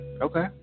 Okay